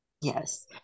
Yes